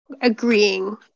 agreeing